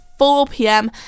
4pm